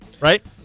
right